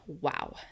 Wow